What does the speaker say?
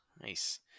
Nice